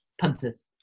Punters